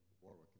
warwick